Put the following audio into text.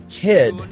kid